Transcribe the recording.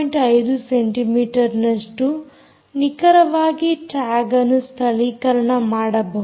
5 ಸೆಂಟಿ ಮೀಟರ್ನಷ್ಟು ನಿಖರವಾಗಿ ಟ್ಯಾಗ್ಅನ್ನು ಸ್ಥಳೀಕರಣ ಮಾಡಬಹುದು